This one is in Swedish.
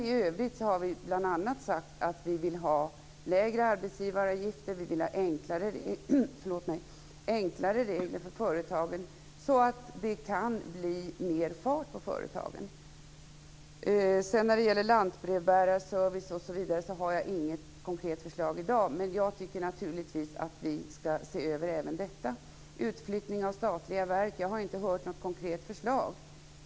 I övrigt har vi bl.a. sagt att vi vill ha lägre arbetsgivaravgifter och enklare regler för företagen så att det kan bli mer fart på företagen. När det gäller lantbrevbärarservice osv. har jag inget konkret förslag i dag, men jag tycker naturligtvis att vi skall se över även detta. När det gäller utflyttning av statliga verk har jag inte hört något konkret förslag.